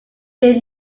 did